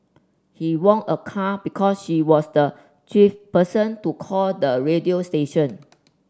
he won a car because she was the twelfth person to call the radio station